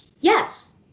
Yes